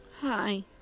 hi